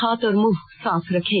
हाथ और मुंह साफ रखे